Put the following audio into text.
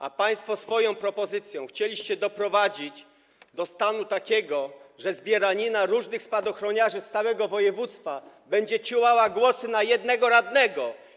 A państwo swoją propozycją chcieliście doprowadzić do stanu takiego, że zbieranina różnych spadochroniarzy z całego województwa będzie ciułała głosy na jednego radnego.